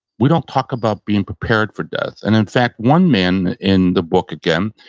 we don't talk about being prepared for death and in fact, one man in the book, again,